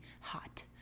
hot